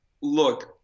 look